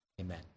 amen